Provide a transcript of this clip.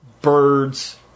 Birds